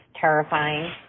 terrifying